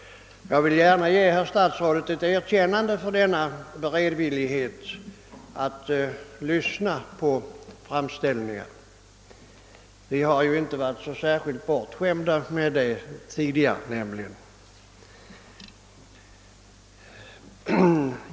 Jag vill gärna ge herr statsrådet ett erkännande för beredvilligheten att lyssna på sådana framställningar. Vi har inte varit bortskämda med det tidigare.